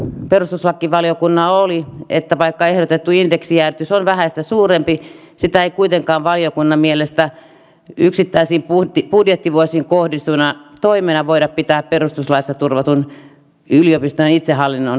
lopputoteamus perustuslakivaliokunnalla oli että vaikka ehdotettu indeksijäädytys on vähäistä suurempi sitä ei kuitenkaan valiokunnan mielestä yksittäisiin budjettivuosiin kohdistuvana toimena voida pitää perustuslaissa turvatun yliopiston itsehallinnonkaan vastaisena